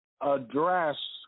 address